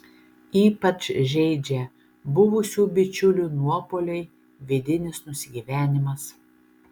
ypač žeidžia buvusių bičiulių nuopuoliai vidinis nusigyvenimas